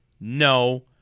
no